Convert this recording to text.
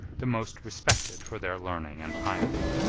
the most respected for their learning and piety.